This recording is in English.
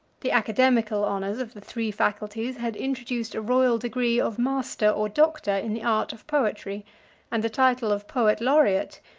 the academical honors of the three faculties had introduced a royal degree of master or doctor in the art of poetry and the title of poet-laureate,